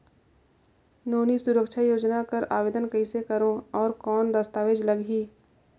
नोनी सुरक्षा योजना कर आवेदन कइसे करो? और कौन दस्तावेज लगही?